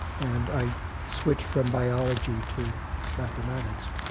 and i switched from biology to mathematics.